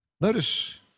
Notice